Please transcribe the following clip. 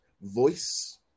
voice